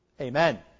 Amen